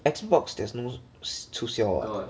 Xbox there's no 促销 [what] alert black friday